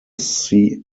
sea